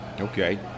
Okay